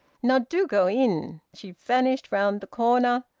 now do go in! she vanished round the corner.